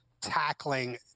tackling